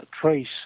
trace